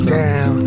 down